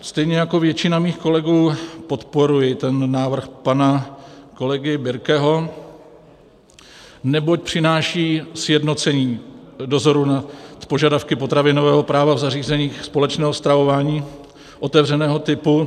Stejně jako většina mých kolegů podporuji návrh pana kolegy Birkeho, neboť přináší sjednocení dozoru nad požadavky potravinového práva v zařízeních společného stravování otevřeného typu.